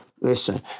Listen